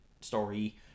story